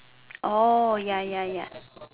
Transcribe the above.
oh ya ya ya